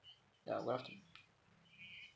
ya good afternoon